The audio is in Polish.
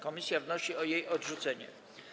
Komisja wnosi o jej odrzucenie.